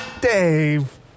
Dave